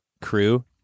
crew